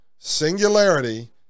Singularity